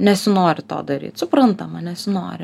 nesinori to daryt suprantama nesinori